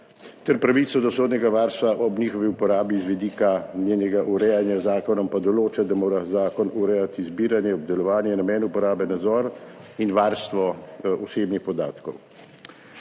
ter pravico do sodnega varstva ob njihovi uporabi, z vidika njenega urejanja z zakonom pa določa, da mora zakon urejati zbiranje, obdelovanje, namen uporabe, nadzor in varstvo osebnih podatkov.